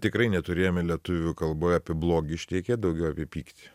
tikrai neturėjome lietuvių kalboj apie blogį šnekėt daugiau apie pyktį